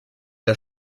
der